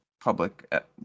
public